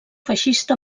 feixista